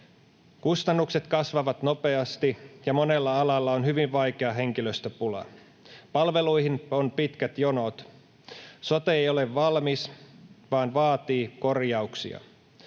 Kustannukset kasvavat nopeasti, ja monella alalla on hyvin vaikea henkilöstöpula. Palveluihin on pitkät jonot. Sote ei ole valmis vaan vaatii korjauksia.